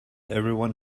everyone